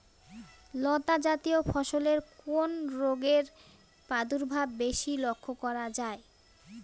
লতাজাতীয় ফসলে কোন রোগের প্রাদুর্ভাব বেশি লক্ষ্য করা যায়?